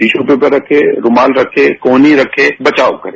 tissue paper रखें रूमाल रखे कोहनी रखे बचाव करे